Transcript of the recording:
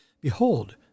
Behold